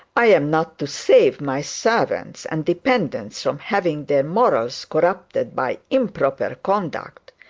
i am not to save my servants and dependents from having their morals corrupted by improper conduct!